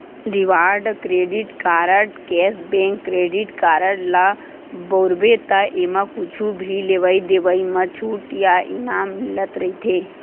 reward credit card, cashback credit card ल बउरबे त एमा कुछु भी लेवइ देवइ म छूट या इनाम मिलत रहिथे